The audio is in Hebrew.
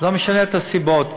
לא משנה הסיבות,